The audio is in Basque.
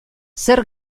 zer